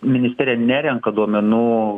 ministerija nerenka duomenų